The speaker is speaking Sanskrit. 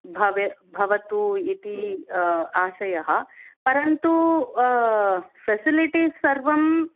भवे भवतु इति आशयः परन्तु फ़ेसिलिटिस् सर्वं